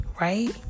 right